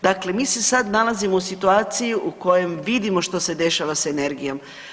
Dakle, mi se sad nalazimo u situaciji u kojoj vidimo što se dešava s energijom.